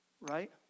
right